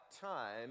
time